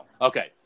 Okay